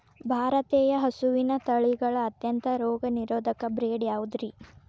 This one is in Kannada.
ಭಾರತೇಯ ಹಸುವಿನ ತಳಿಗಳ ಅತ್ಯಂತ ರೋಗನಿರೋಧಕ ಬ್ರೇಡ್ ಯಾವುದ್ರಿ?